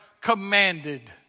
commanded